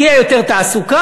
תהיה יותר תעסוקה?